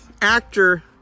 actor